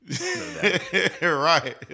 Right